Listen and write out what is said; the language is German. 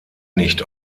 nicht